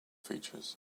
features